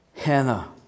Hannah